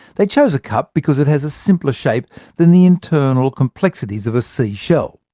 they chose a cup, because it has a simpler shape than the internal complexities of a seashell.